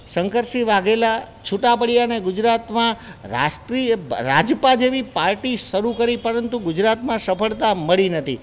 શંકર સિંહ વાઘેલા છૂટા પડ્યાને ગુજરાતમાં રાષ્ટ્રિય રાજપા જેવી પાર્ટી શરૂ કરી પરંતુ ગુજરાતમાં સફળતા મળી નહોતી